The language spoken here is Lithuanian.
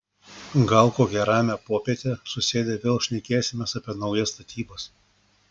gal kokią ramią popietę susėdę vėl šnekėsimės apie naujas statybas